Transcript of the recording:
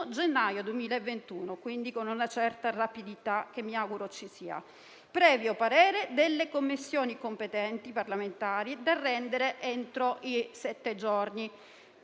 gennaio 2021 (quindi con una certa rapidità, che mi auguro ci sia), previo parere delle Commissioni parlamentari competenti, da rendere entro sette giorni.